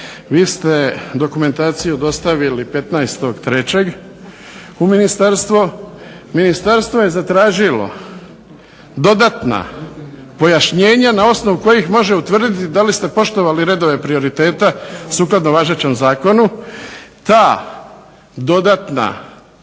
Vi ste dokumentaciju dostavili 15.03. u ministarstvo. Ministarstvo je zatražilo dodatna pojašnjenja na osnovu kojih može utvrditi da li ste poštovali redove prioriteta sukladno važećem zakonu, ta dodatna